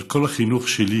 אבל כל החינוך שלי